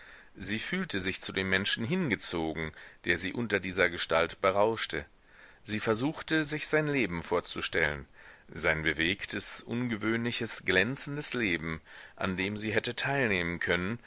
sie fühlte sich zu dem menschen hingezogen der sie unter dieser gestalt berauschte sie versuchte sich sein leben vorzustellen sein bewegtes ungewöhnliches glänzendes leben an dem sie hätte teilnehmen können